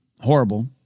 Horrible